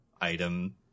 item